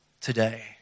today